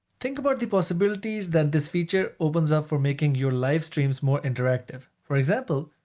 think about the possibilities that this feature opens up for making your live streams more interactive. for example,